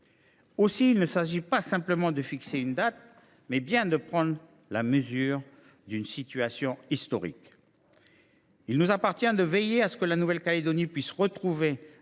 Aussi, il ne s’agit pas simplement de fixer une date, mais bien de prendre la mesure d’une situation historique. Il nous appartient de veiller à ce que la Nouvelle Calédonie puisse retrouver